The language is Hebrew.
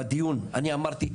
בדיון אני אמרתי,